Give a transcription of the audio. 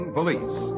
Police